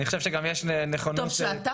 אני חושב שגם יש נכונות של המשרדים,